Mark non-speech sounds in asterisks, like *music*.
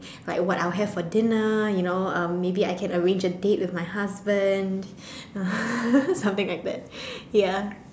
like what I'll have dinner you know um maybe I can arrange a date with my husband *laughs* something like that ya